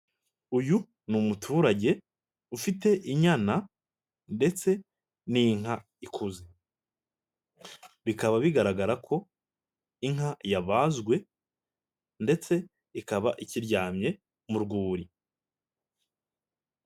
Uyu n'umuturage ufite inyana ndetse n'inka ikuze. Bikaba bigaragara ko inka yabazwe ndetse ikaba ikiryamye mu rwuri.